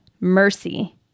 mercy